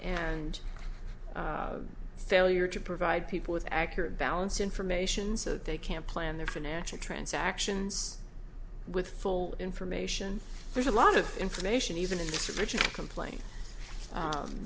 d failure to provide people with accurate balance information so that they can plan their financial transactions with full information there's a lot of information even in its original complain